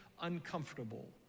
uncomfortable